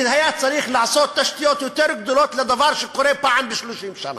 כי היה צריך לעשות תשתיות יותר גדולות לדבר שקורה פעם ב-30 שנה.